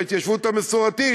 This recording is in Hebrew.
ההתיישבות המסורתית,